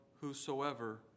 whosoever